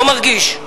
לא מרגיש.